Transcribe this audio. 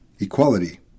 Equality